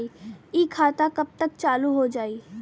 इ खाता कब तक चालू हो जाई?